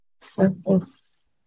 surface